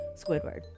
Squidward